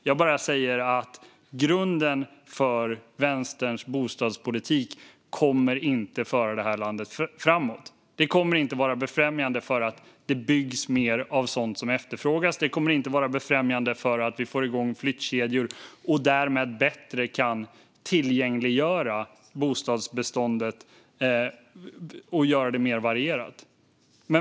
Jag bara säger att grunden för Vänsterns bostadspolitik inte kommer att föra det här landet framåt. Det kommer inte att befrämja byggande av sådant som efterfrågas, och det kommer inte att befrämja att vi får igång flyttkedjor och därmed bättre kan tillgängliggöra bostadsbeståndet och göra det mer varierat.